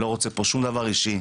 אני לא רוצה פה שום דבר אישי,